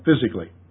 physically